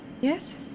yes